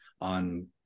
on